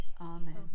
Amen